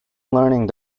learning